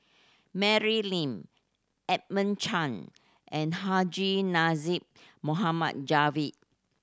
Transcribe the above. Mary Lim Edmund Chen and Haji Namazie Javad